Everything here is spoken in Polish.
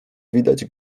widać